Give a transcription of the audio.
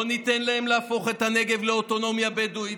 לא ניתן להם להפוך את הנגב לאוטונומיה בדואית.